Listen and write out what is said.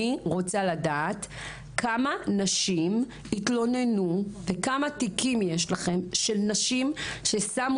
אני רוצה לדעת כמה נשים התלוננו וכמה תיקים יש לכם של נשים ששמו